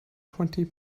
twenty